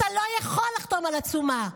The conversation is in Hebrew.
אתה לא יכול לחתום על עצומה.